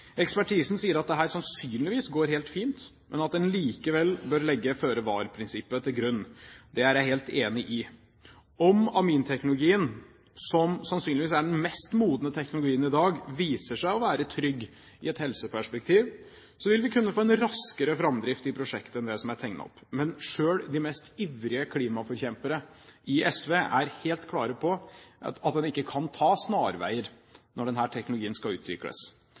Ekspertisen sier at dette sannsynligvis går helt fint, men at en likevel bør legge føre-var-prinsippet til grunn. Det er jeg helt enig i. Om aminteknologien, som sannsynligvis er den mest modne teknologien i dag, viser seg å være trygg i et helseperspektiv, vil vi kunne vi få en raskere framdrift i prosjektet enn det som er tegnet opp. Men selv de mest ivrige klimaforkjempere i SV er helt klare på at en ikke kan ta snarveier når denne teknologien skal utvikles,